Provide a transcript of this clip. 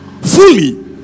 fully